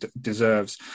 deserves